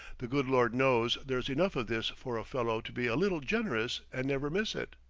the good lord knows there's enough of this for a fellow to be a little generous and never miss it!